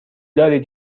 دارید